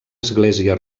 església